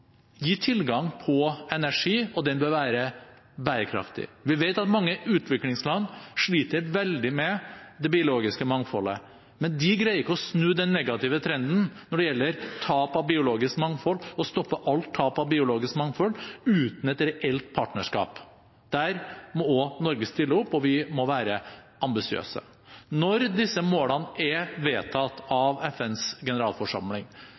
gi tilgang på energi, og den bør være bærekraftig. Vi vet at mange utviklingsland sliter veldig med det biologiske mangfoldet, men de greier ikke å snu den negative trenden når det gjelder tap av biologisk mangfold, stoppe alt tap av biologisk mangfold, uten et reelt partnerskap. Der må også Norge stille opp, og vi må være ambisiøse. Når disse målene er vedtatt av FNs generalforsamling,